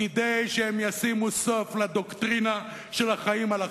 כדי שהם ישימו סוף לדוקטרינה של החיים על החרב,